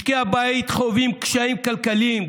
משקי הבית חווים קשיים כלכליים,